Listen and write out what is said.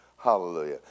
hallelujah